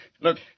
Look